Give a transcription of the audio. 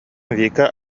вика